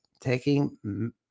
taking